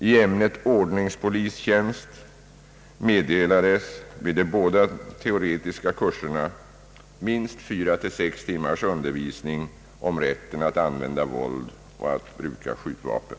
I ämnet ordningspolistjänst meddelades vid de båda teoretiska kurserna minst 4—6 timmars undervisning om rätten att använda våld och att bruka skjutvapen.